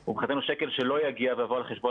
הוא מבחינתנו שקל שלא יגיע וזה יבוא על חשבון